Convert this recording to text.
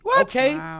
Okay